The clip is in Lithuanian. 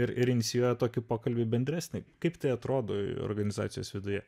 ir ir inicijuoja tokį pokalbį bendresnį kaip tai atrodo organizacijos viduje